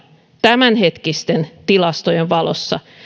tämänhetkisten tilastojen valossa